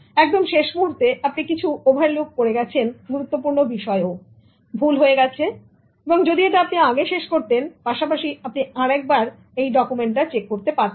একদম শেষ মুহূর্তে আপনি কিছু ওভারলুক করেছেন গুরুত্বপূর্ণ বিষয় ভুল হয়ে গেছে যদি এটা আপনি আগে শেষ করতেন পাশাপাশি আপনি আরেকবার ডকুমেন্ট চেক করতে পারতেন